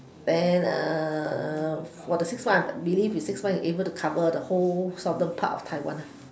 and for the six months I believe in six months you are able to cover the whole southern part of taiwan